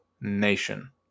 nation